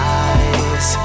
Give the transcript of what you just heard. eyes